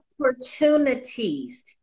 opportunities